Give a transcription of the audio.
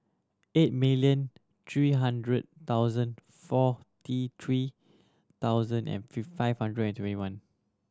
eight million three hundred thousand forty three thousand and five hundred and twenty one